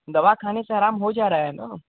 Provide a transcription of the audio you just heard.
दवा खाने से आराम हो जा रहा है का